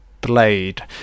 Blade